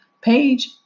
page